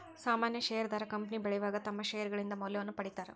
ಸಾಮಾನ್ಯ ಷೇರದಾರ ಕಂಪನಿ ಬೆಳಿವಾಗ ತಮ್ಮ್ ಷೇರ್ಗಳಿಂದ ಮೌಲ್ಯವನ್ನ ಪಡೇತಾರ